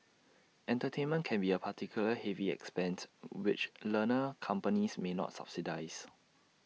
entertainment can be A particularly heavy expense which learner companies may not subsidise